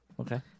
Okay